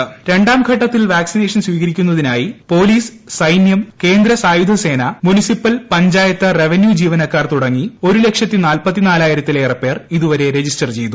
രണ്ടാം ഘട്ടത്തിൽ vaccination സ്വീകരിക്കുന്നതിനായി പോലീസ് സൈന്യം കേന്ദ്ര സായുധ സേന മുനിസിപ്പൽ പഞ്ചായത്ത് റവന്യൂ ജീവനക്കാർ തുടങ്ങി ഒരു ലക്ഷത്തി ദ്രോർ ലേറെ പേർ ഇതുവരെ രജിസ്റ്റർ ചെയ്തു